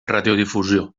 radiodifusió